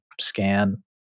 scan